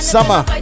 Summer